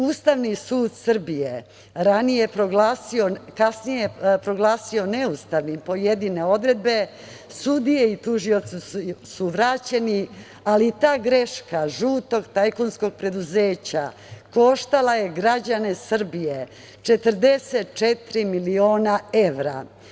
Ustavni sud Srbije kasnije je proglasio neustavnim pojedine odredbe, sudije i tužioci su vraćeni, ali ta greška žutog tajkunskog preduzeća koštala je građane Srbije 44 miliona evra.